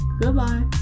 goodbye